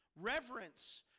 Reverence